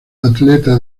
atleta